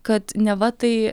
kad neva tai